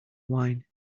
wine